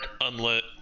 unlit